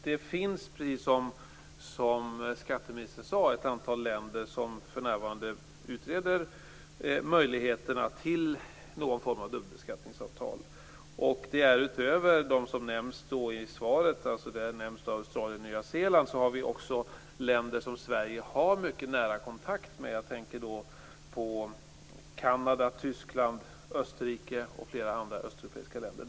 Det finns, precis som skatteministern sade, ett antal länder som för närvarande utreder möjligheterna för någon form av dubbelbeskattningsavtal. Det är utöver Australien och Nya Zeeland, som nämns i svaret, länder som Sverige har mycket nära kontakt med. Jag tänker på Kanada, Tyskland, Österrike och flera östeuropeiska länder.